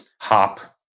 hop